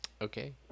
Okay